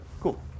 Cool